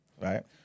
right